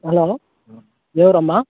hello ఎవరమ్మా